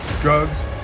Drugs